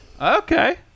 Okay